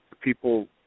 People